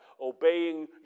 obeying